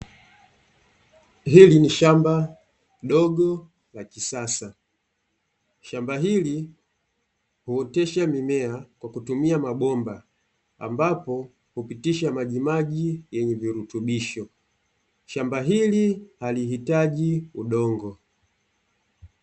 Hili ni shamba dogo la kisasa. Shamba hili huotesha mimea kwa kutumia mabomba ambapo hupitisha majimaji yenye virutubisho. Shamba hili halihitaji udongo.